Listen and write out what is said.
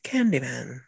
Candyman